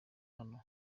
hano